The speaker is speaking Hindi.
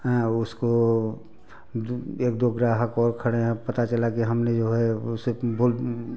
उसको एक दो ग्राहक और खड़े हैं पता चला कि हमने जो है उसे बोल